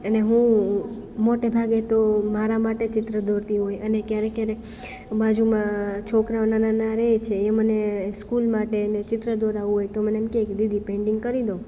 અને હું મોટે ભાગે તો મારા માટે ચિત્ર દોરતી હોય અને ક્યારેક ક્યારેક બાજુમાં છોકરાઓના નાના રહે છે એ મને સ્કૂલ માટેને ચિત્ર દોરાવું હોય તો મને એમ કે કે દીદી પેંટિંગ કરી લો